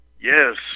Yes